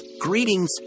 Greetings